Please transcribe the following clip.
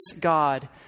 God